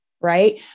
right